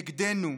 נגדנו,